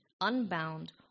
unbound